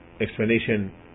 explanation